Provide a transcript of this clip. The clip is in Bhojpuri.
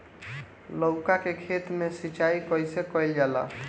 लउका के खेत मे सिचाई कईसे कइल जाला?